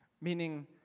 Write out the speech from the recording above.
meaning